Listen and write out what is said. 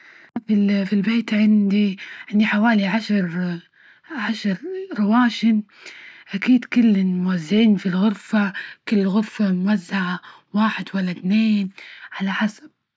في ال في البيت عندي- عندي حوالي عشر عشر رواشن، أكيد كل موزعين في الغرفة، كل غرفة موزعة، واحد ولا إثنين على حسب.